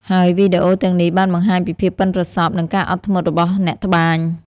ហើយវីដេអូទាំងនេះបានបង្ហាញពីភាពប៉ិនប្រសប់ និងការអត់ធ្មត់របស់អ្នកត្បាញ។